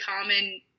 common